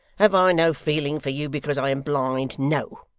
have i no feeling for you, because i am blind? no,